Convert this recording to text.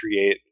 create